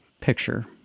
picture